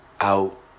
out